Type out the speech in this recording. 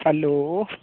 hello